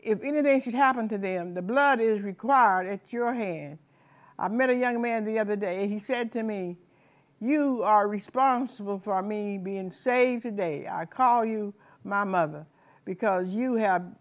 if anything should happen to them the blood is required at your hand i met a young man the other day he said to me you are responsible for me being saved today i call you my mother because you have